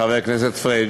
חבר הכנסת פריג',